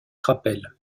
rappels